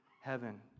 heaven